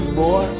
boy